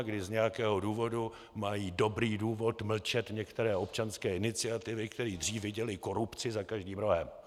Kdy z nějakého důvodu mají dobrý důvod mlčet některé občanské iniciativy, které dřív viděly korupci za každým rohem.